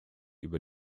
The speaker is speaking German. über